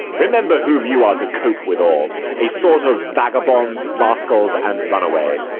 remember whom you are to cope withal a sort of vagabonds, rascals, and runaways,